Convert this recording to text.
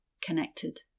connected